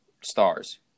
stars